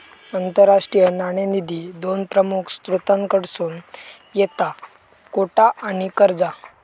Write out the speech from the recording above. आंतरराष्ट्रीय नाणेनिधी दोन प्रमुख स्त्रोतांकडसून येता कोटा आणि कर्जा